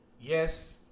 yes